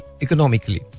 economically